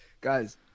Guys